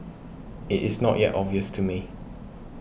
it is not yet obvious to me